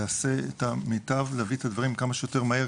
יעשה את המיטב להביא את הדברים כמה שיותר מהר,